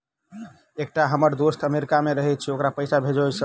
एकटा हम्मर दोस्त अमेरिका मे रहैय छै ओकरा पैसा भेजब सर?